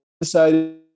decided